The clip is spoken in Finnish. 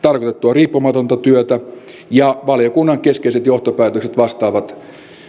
riippumatonta työtä ja valiokunnan keskeiset johtopäätökset vastaavat